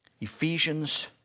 Ephesians